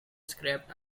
scrapped